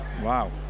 Wow